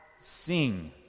sing